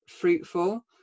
fruitful